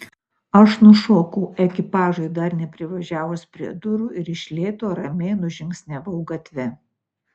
aš nušokau ekipažui dar neprivažiavus prie durų ir iš lėto ramiai nužingsniavau gatve